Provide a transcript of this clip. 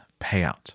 payout